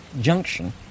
junction